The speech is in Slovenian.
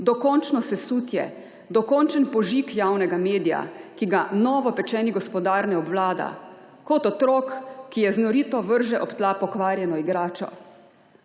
dokončno sesutje, dokončen požig javnega medija, ki ga novopečeni gospodar ne obvlada, kot otrok, ki jeznorito vrže ob tla pokvarjeno igračo.